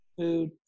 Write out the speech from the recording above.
food